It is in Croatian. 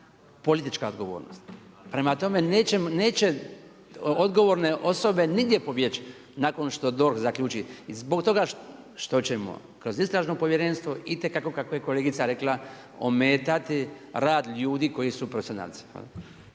politička odgovornost. Prema tome, neće odgovorne osobe nigdje pobjeći nakon što DORH zaključi zbog toga što ćemo kroz istražno povjerenstvo itekako kako je kolegica rekla ometati rad ljudi koji su profesionalci.